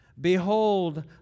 Behold